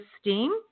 steam